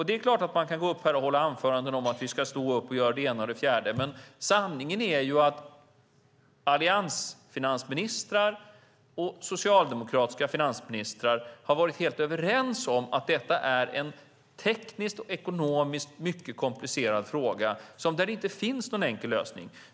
Det är klart att man kan hålla anföranden här om att vi ska göra det ena och det andra, men sanningen är att jag som Alliansens finansminister och socialdemokratiska finansministrar har haft samma åsikt när det gäller att detta är en tekniskt och ekonomiskt mycket komplicerad fråga där det inte finns någon enkel lösning.